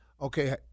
Okay